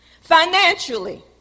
financially